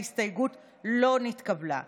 ההסתייגות של חברי הכנסת אביגדור ליברמן,